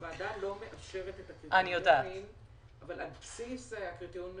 הוועדה לא מאשרת את הקריטריונים אבל על בסיס --- לא,